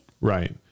Right